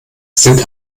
sind